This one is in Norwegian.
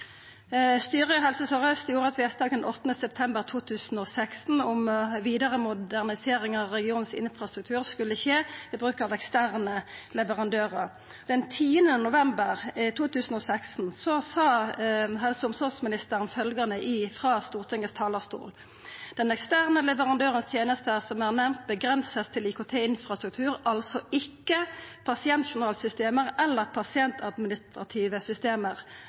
Styret i Helse Sør-Aust gjorde eit vedtak den 8. september 2016 om vidare modernisering av regionens infrastruktur skulle skje ved bruk av eksterne leverandørar. Den 10. november 2016 sa helse- og omsorgsministeren følgjande frå Stortingets talarstol: «Den eksterne leverandørens tjenester er som nevnt begrenset til IKT infrastruktur, altså ikke pasientjournalsystemer eller pasientadministrative systemer.